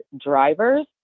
drivers